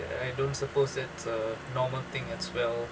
I don't suppose that a normal thing as well